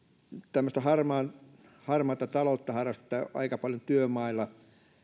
tämmöistä harmaata taloutta harrastetaan aika paljon työmailla